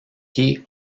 quais